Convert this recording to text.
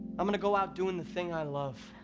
i'm gonna go out doing the thing i love